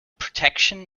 protection